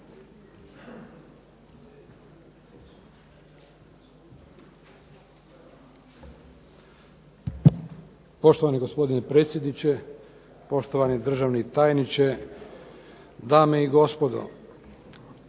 Poštovani gospodine predsjedniče, gospodo državni tajnici, uvažena gospodo